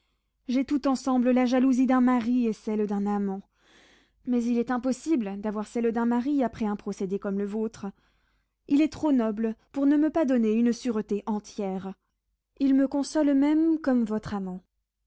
j'ai tout ensemble la jalousie d'un mari et celle d'un amant mais il est impossible d'avoir celle d'un mari après un procédé comme le vôtre il est trop noble pour ne me pas donner une sûreté entière il me console même comme votre amant